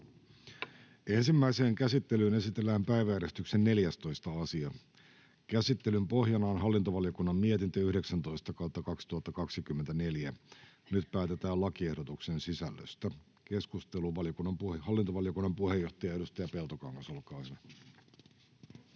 Ensimmäiseen käsittelyyn esitellään päiväjärjestyksen 14. asia. Käsittelyn pohjana on hallintovaliokunnan mietintö HaVM 19/2024 vp. Nyt päätetään lakiehdotuksen sisällöstä. — Keskustelu, hallintovaliokunnan puheenjohtaja, edustaja Peltokangas, olkaa hyvä.